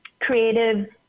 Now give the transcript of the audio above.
creative